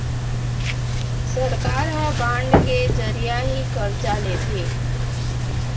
सरकार ह बांड के जरिया ही करजा लेथे